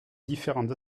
différentes